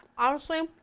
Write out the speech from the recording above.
honestly.